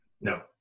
No